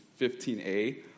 15a